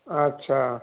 ଆଚ୍ଛା